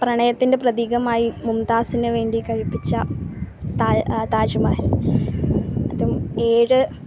പ്രണയത്തിൻ്റെ പ്രതീകമായി മുംതാസിന് വേണ്ടി കഴിപ്പിച്ചതാണ് താജ്മഹൽ അതും ഏഴ്